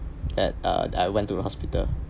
at uh I went to a hospital